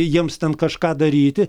jiems ten kažką daryti